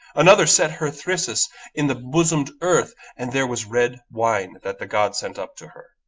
another set her thyrsus in the bosomed earth, and there was red wine that the god sent up to her,